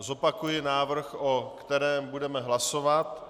Zopakuji návrh, o kterém budeme hlasovat.